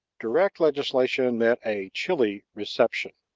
direct legislation met a chilly reception.